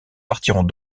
partiront